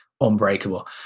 unbreakable